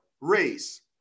race